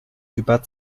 über